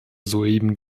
soeben